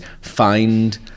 find